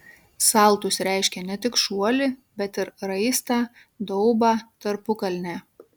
saltus reiškia ne tik šuolį bet ir raistą daubą tarpukalnę